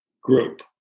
group